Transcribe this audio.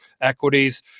equities